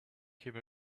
came